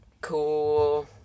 Cool